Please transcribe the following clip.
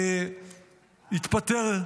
התפטר,